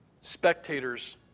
spectators